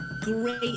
great